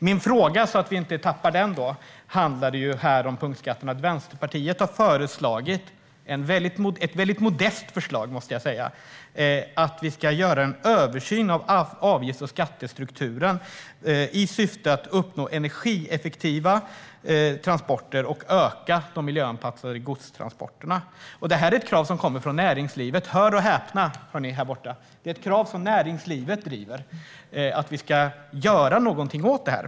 Min fråga om punktskatterna handlade om att Vänsterpartiet har ett mycket modest förslag om att vi ska göra en översyn av avgifts och skattestrukturen i syfte att uppnå energieffektiva transporter och öka de miljöanpassade godstransporterna. Detta är ett krav som kommer från näringslivet. Hör och häpna! Det är ett krav som näringslivet driver att vi ska göra någonting åt detta.